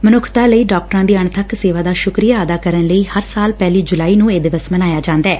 ਮਨੁੱਖਤਾ ਲਈ ਡਾਕਟਰਾਂ ਦੀ ਅਣਬੱਕ ਸੇਵਾ ਦਾ ਸ਼ਕਰੀਆ ਅਦਾ ਕਰਨ ਲਈ ਹਰ ਸਾਲ ਪਹਿਲੀ ਜੁਲਾਈ ਨੂੰ ਇਹ ਦਿਵਸ ਮਨਾਇਆ ਜਾਂਦੈ